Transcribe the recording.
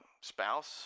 spouse